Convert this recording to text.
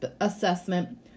assessment